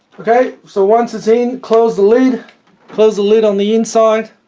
okay so once it's in close the lid close the lid on the inside,